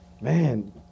Man